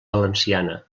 valenciana